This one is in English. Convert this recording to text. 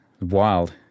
wild